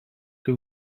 que